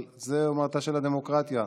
זו מהותה של הדמוקרטיה.